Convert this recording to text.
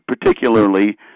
particularly